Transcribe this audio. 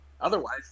otherwise